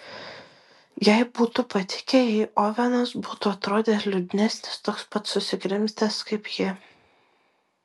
jai būtų patikę jei ovenas būtų atrodęs liūdnesnis toks pat susikrimtęs kaip ji